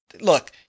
Look